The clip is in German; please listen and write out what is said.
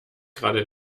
gerade